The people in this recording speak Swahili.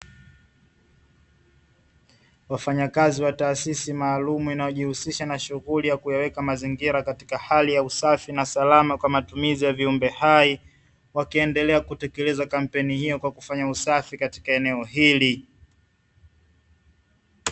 Wafanyakazi wa taasisi maalumu, inayojihusisha na shughuli ya kuyaweka mazingira katika hali ya usafi na salama kwa matumizi ya viumbe hai, wakiendelea kutekeleza kampemi hiyo kwa kufanya usafi katika eneo hili.